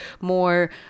more